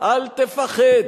אל תפחד,